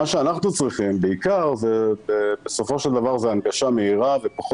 מה שאנחנו צריכים בעיקר זה בסופו של דבר הנגשה מהירה ופחות